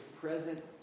present